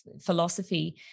philosophy